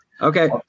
Okay